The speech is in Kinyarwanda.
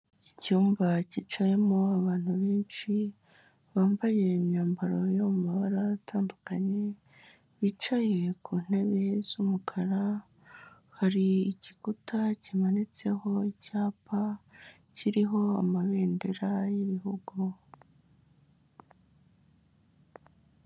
Icyumba cyicayemo abantu benshi, bambaye imyambaro yo mu mabara atandukanye, bicaye ku ntebe z'umukara, hari igikuta kimanitseho icyapa, kiriho amabendera y'ibihugu.